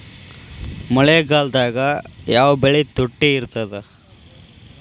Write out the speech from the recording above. ಮಳೆಗಾಲದಾಗ ಯಾವ ಬೆಳಿ ತುಟ್ಟಿ ಇರ್ತದ?